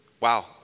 Wow